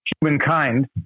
humankind